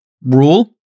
rule